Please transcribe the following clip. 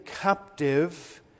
captive